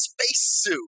spacesuit